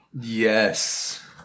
Yes